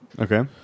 Okay